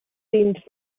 seemed